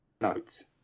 notes